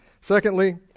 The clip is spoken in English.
Secondly